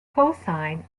cosine